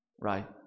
Right